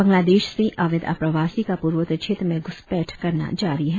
बांग्लादेश से अवैध अप्रवासी का पुर्वोत्तर क्षेत्र में घ्रसपैठ करना जारी है